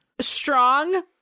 strong